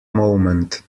moment